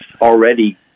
already